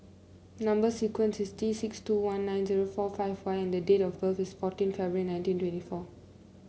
number sequence is T six two one nine zero four five Y and date of birth is fourteen February nineteen twenty four